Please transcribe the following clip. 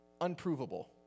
unprovable